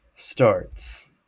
Starts